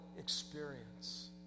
experience